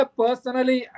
personally